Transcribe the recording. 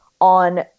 on